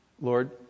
Lord